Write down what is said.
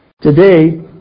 Today